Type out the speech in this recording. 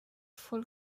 full